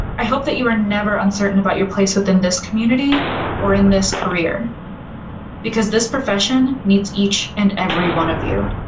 i hope that you are never uncertain about your place within this community or in this career because this profession needs each and every one of you.